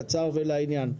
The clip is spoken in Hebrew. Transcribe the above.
קצר ולעניין.